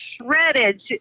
shredded